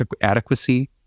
adequacy